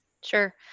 Sure